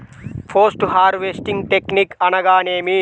Post harvesting technique అనగా నేమి?